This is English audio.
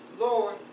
Lord